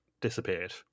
disappeared